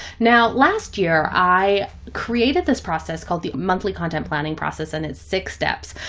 now, last year, i created this process called the monthly content planning process. and it's six steps.